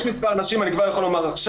יש מספר נשים, אני כבר יכול לומר עכשיו.